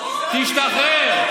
תשתחרר.